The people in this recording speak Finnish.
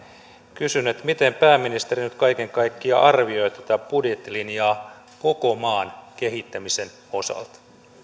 kysyn miten pääministeri nyt kaiken kaikkiaan arvioi tätä budjettilinjaa koko maan kehittämisen osalta